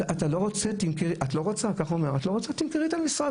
"את לא רוצה?", כך הוא אומר, "תמכרי את המשרד".